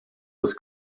was